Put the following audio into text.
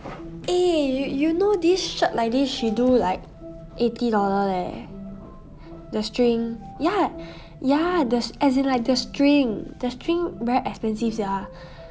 eh you you know this shirt like this she do like eighty dollar leh the string ya ya the as in like the string the string very expensive sia